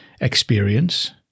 experience